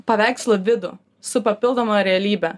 paveikslų vidų su papildoma realybe